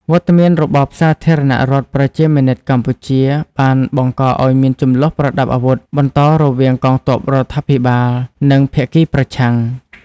វត្តមានរបបសាធារណរដ្ឋប្រជាមានិតកម្ពុជាបានបង្កឱ្យមានជម្លោះប្រដាប់អាវុធបន្តរវាងកងទ័ពរដ្ឋាភិបាល និងភាគីប្រឆាំង។